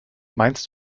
meinst